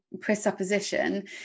presupposition